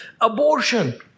Abortion